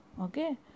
Okay